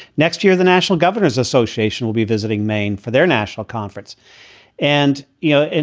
next year, the national governors association will be visiting maine for their national conference and you know, and